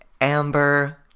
amber